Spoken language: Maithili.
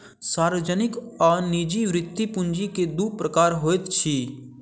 सार्वजनिक आ निजी वृति पूंजी के दू प्रकार होइत अछि